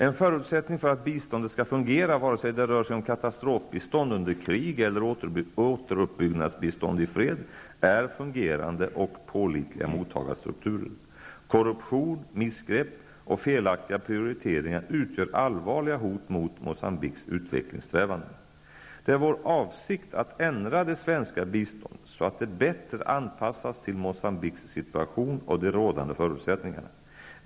En förutsättning för att biståndet skall fungera, vare sig det rör sig om katastrofbistånd under krig eller återuppbyggnadsbistånd i fred, är fungerande och pålitliga mottagarstrukturer. Korruption, missgrepp och felaktiga prioriteringar utgör allvarliga hot mot Moçambiques utvecklingssträvanden. Det är vår avsikt att ändra det svenska biståndet så att det bättre anpassas till Moçambiques situation och de rådande förutsättningarna.